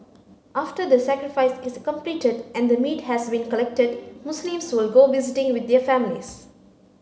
after the sacrifice is completed and the meat has been collected Muslims will go visiting with their families